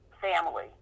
family